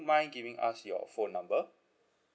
mind giving us your phone number